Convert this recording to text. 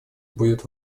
будет